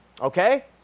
okay